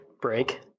break